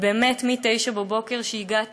ובאמת, מ-09:00, כשהגעתי,